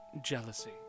jealousy